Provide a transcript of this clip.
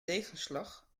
tegenslag